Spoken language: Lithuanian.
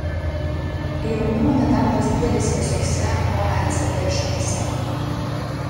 jaunimo nedarbas didelis visose oecd šalyse